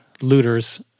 looters